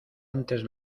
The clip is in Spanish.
antes